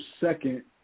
second